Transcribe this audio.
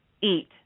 eat